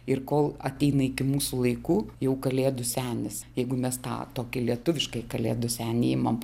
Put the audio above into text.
ir kol ateina iki mūsų laikų jau kalėdų senis jeigu mes tą tokį lietuviškai kalėdų senį imam